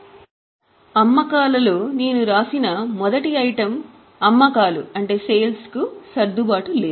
కాబట్టి అమ్మకాలలో నేను వ్రాసిన మొదటి ఐటెమ్ అమ్మకాలకు సర్దుబాటు లేదు